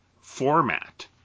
format